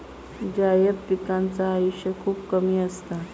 जायद पिकांचा आयुष्य खूप कमी असता